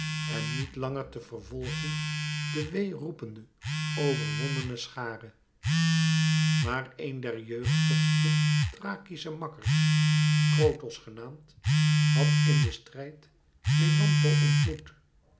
en niet langer te vervolgen de wee roepende overwonnene schare maar een der jeugdigste thrakische makkers krotos genaamd had in den strijd melampo ontmoet